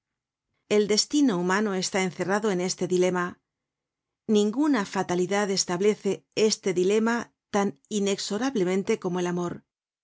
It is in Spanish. el destino humano está encerrado en este dilema ninguna fatalidad establece este dilema tan inexorablemente como el amor